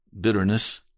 bitterness